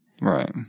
Right